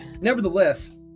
nevertheless